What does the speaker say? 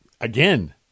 Again